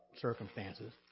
circumstances